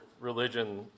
religion